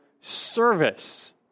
service